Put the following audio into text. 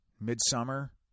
midsummer